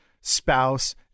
spouse